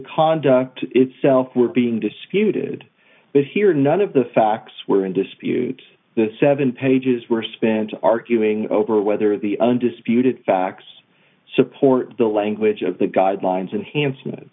cause itself were being disputed but here none of the facts were in dispute the seven pages were spent arguing over whether the undisputed facts support the language of the guidelines